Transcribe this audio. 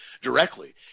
directly